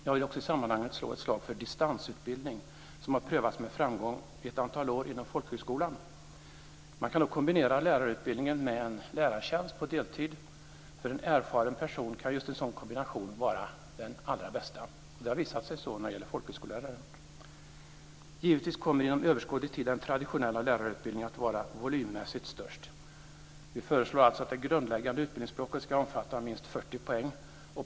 Jag vill också i det sammanhanget slå ett slag för distansutbildning som har prövats med framgång i ett antal år inom folkhögskolan. Man kan då kombinera lärarutbildningen med en lärartjänst på deltid. För en erfaren person kan just en sådan kombination vara den allra bästa. Det har visat sig vara så när det gäller folkhögskolelärare. Inom överskådlig tid kommer givetvis den traditionella lärarutbildningen att vara volymmässigt störst. Vi föreslår alltså att det grundläggande utbildningsblocket ska omfatta minst 40 poäng.